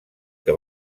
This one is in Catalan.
que